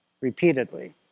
repeatedly